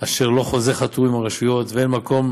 אשר לו חוזה חתום עם הרשויות, ואין מקום